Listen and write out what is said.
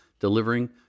delivering